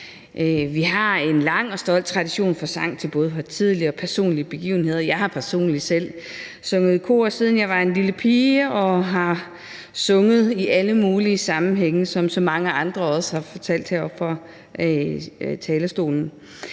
Vi har en lang og stolt tradition for sang til både højtidelige og personlige begivenheder, og jeg har personligt selv sunget i kor, siden jeg var en lille pige, og jeg har sunget i alle mulige sammenhænge, som så mange andre også har fortalt om heroppe fra talerstolen.